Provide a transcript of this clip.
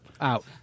Out